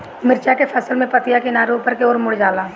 मिरचा के फसल में पतिया किनारे ऊपर के ओर मुड़ जाला?